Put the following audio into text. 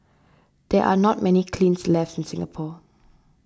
there are not many kilns left in Singapore